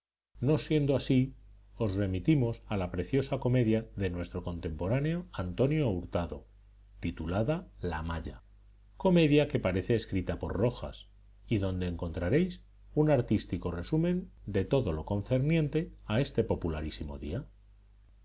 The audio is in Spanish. no siendo así os remitimos a la preciosa comedia de nuestro contemporáneo antonio hurtado titulada la maya comedia que parece escrita por rojas y donde encontraréis un artístico resumen de todo lo concerniente a este popularísimo día